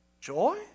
joy